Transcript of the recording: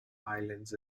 islands